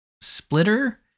splitter